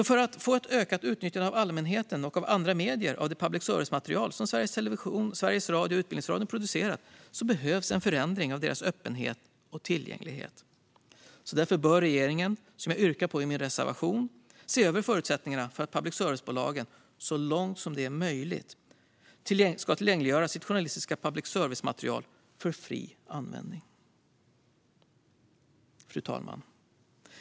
För att få ett ökat nyttjande av allmänheten och av andra medier av det public service-material som Sveriges Radio, Sveriges Television och Utbildningsradion producerat behövs en förändring av deras öppenhet och tillgänglighet. Därför bör regeringen, som jag yrkar på i min reservation, se över förutsättningarna för public service-bolagen att så långt som det är möjligt tillgängliggöra sitt journalistiska public service-material för fri användning. Fru talman!